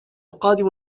قادم